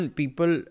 people